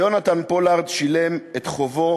שיונתן פולארד שילם את חובו